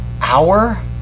hour